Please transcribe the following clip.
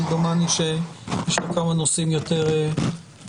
אבל דומני שיש עוד כמה נושאים יותר דחופים.